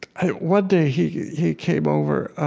ah one day, he he came over. ah